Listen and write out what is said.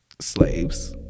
slaves